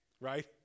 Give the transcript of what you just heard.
right